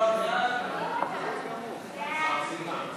ההצעה להעביר